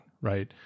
right